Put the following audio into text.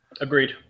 Agreed